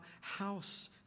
house